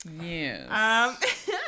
Yes